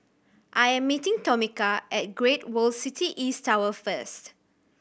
I am meeting Tomika at Great World City East Tower first